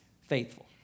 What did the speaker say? faithful